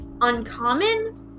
uncommon